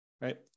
right